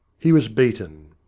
he was beaten.